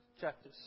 chapter